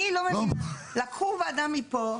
לקחו וועדה מפה,